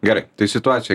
gerai tai situacija